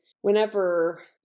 whenever